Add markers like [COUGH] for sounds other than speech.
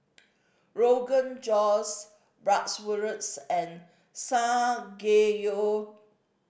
Rogan Josh Bratwurst and [UNINTELLIGIBLE]